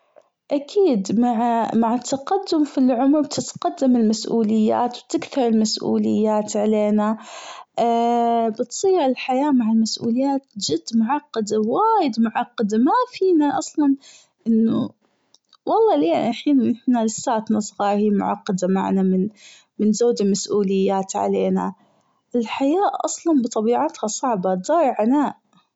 أكيد مع التقدم في العمر بتتقدم المسئوليات بتكثر المسئوليات علينا بتصير الحياة مع المسئوليات جد معقدة وايد معقدة مافينا أصلا أنه والله ليه للحين احنا لساتنا صغيرين معقدة معنا من زود المسئوليات علينا الحياة أصلا بطبيعتها صعبة دار عناء.